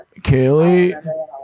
kaylee